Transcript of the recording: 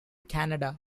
canada